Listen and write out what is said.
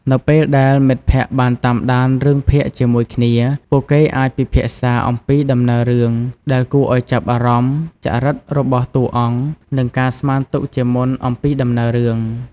នៅពេលដែលមិត្តភក្តិបានតាមដានរឿងភាគជាមួយគ្នា ពួកគេអាចពិភាក្សាអំពីដំណើររឿងដែលគួរឲ្យចាប់អារម្មណ៍ ចរិតរបស់តួអង្គ និងការស្មានទុកជាមុនអំពីដំណើររឿង។